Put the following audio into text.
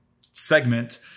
segment